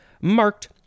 marked